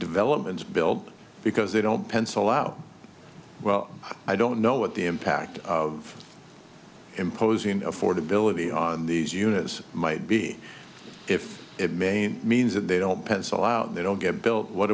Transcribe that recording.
developments build because they don't pencil out well i don't know what the impact of imposing affordability on these units might be if it main means that they don't pencil out they don't get built what